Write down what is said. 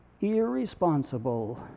irresponsible